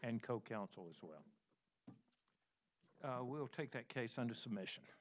and co counsel as well we'll take that case under submission